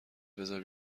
بزار